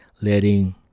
letting